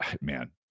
man